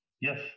Yes